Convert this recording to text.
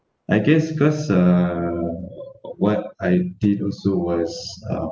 I guess because uh what I did also was uh